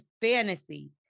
fantasy